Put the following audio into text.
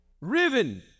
riven